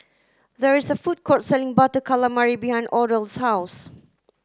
there is a food court selling butter calamari behind Odell's house